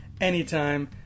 anytime